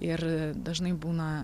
ir dažnai būna